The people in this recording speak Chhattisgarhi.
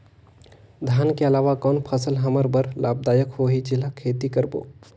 धान के अलावा कौन फसल हमर बर लाभदायक होही जेला खेती करबो?